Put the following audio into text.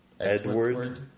edward